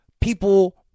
people